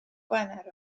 gwener